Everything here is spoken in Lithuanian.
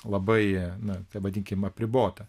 labai na taip vadinkim apribota